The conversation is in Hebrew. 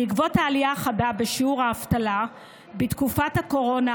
בעקבות העלייה החדה בשיעור האבטלה בתקופת הקורונה,